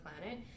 planet